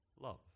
love